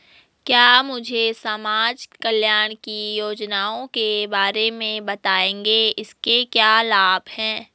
क्या मुझे समाज कल्याण की योजनाओं के बारे में बताएँगे इसके क्या लाभ हैं?